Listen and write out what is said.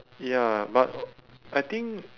ya but I think